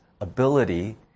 ability